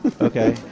Okay